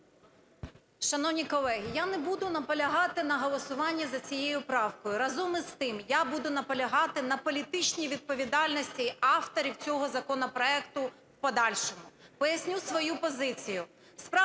Шановні колеги, я не буду наполягати на голосуванні за цією правкою. Разом із тим, я буду наполягати на політичній відповідальності авторів цього законопроекту в подальшому. Поясню свою позицію.